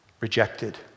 rejected